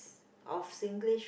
of Singlish